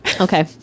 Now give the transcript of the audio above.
Okay